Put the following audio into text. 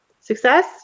success